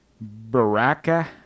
Baraka